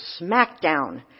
smackdown